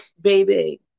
baby